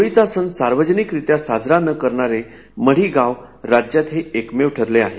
होळीचा सण सार्वजनिक रीत्या साजरा न करणारे मढी गाव राज्यात एकमेव ठरले आहे